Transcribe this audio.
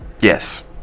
yes